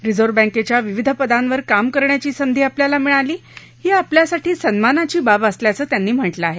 reserve बँकेच्या विविध पदांवर काम करण्याची संघी आपल्याला मिळाली ही आपल्यासाठी सन्मानाची बाब असल्याचं त्यांनी म्हटलं आहे